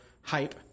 hype